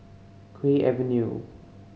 Kew Avenue